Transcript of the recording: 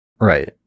Right